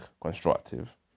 constructive